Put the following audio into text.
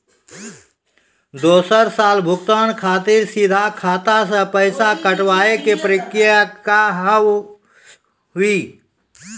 दोसर साल भुगतान खातिर सीधा खाता से पैसा कटवाए के प्रक्रिया का हाव हई?